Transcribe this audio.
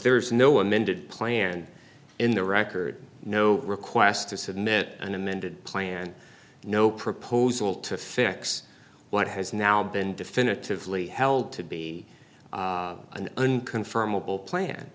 there is no amended plan in the record no request to submit an amended plan no proposal to fix what has now been definitively held to be an unconfirmable